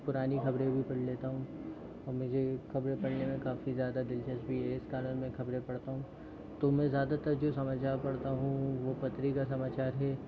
पुरानी खबरें भी पढ़ लेता हूँ और मुझे खबरें पढ़ने में काफ़ी ज़्यादा दिलचस्पी है इस कारण मैं खबरें पढ़ता हूँ तो मैं ज़्यादातर जो समाचार पढ़ता हूँ वो पत्रिका समाचार है